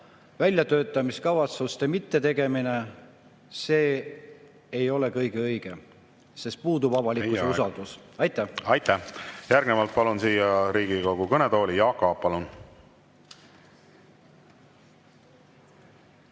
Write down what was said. väljatöötamiskavatsuste mittetegemine ei ole kõige õigem, sest puudub avalikkuse usaldus. Aitäh! Aitäh! Järgnevalt palun siia Riigikogu kõnetooli, Jaak Aab!